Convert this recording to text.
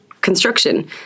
construction